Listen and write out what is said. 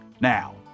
now